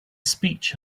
speech